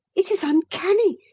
it is uncanny!